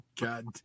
God